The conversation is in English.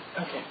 Okay